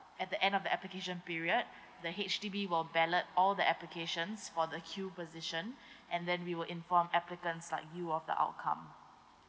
at the end of the application period the H_D_B will ballot all the applications for the queue position and then we will inform applicants like you of the outcome